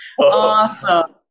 Awesome